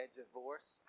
divorce